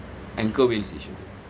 anchorvale station